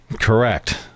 Correct